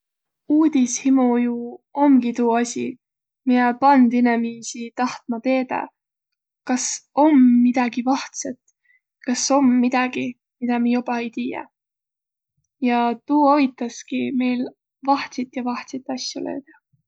Uudishimo ju omgi tuu asi, miä pand inemiisi tahtma teedäq, kas om midägiq vahtsõt, kas om midägiq, midä mi joba ei tiiäq. Ja tuu avitaski meil vahtsit ja vahtsit asju löüdäq.